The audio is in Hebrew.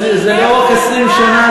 כשתעשה משהו טוב.